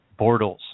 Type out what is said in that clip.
Bortles